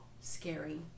scary